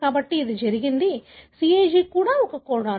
కాబట్టి ఇది జరిగింది CAG కూడా ఒక కోడాన్